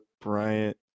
Bryant